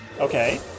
Okay